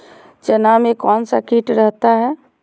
चना में कौन सा किट रहता है?